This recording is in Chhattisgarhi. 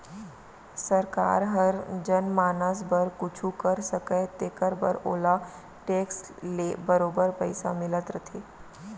सरकार हर जनमानस बर कुछु कर सकय तेकर बर ओला टेक्स ले बरोबर पइसा मिलत रथे